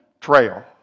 trail